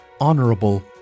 honorable